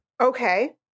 Okay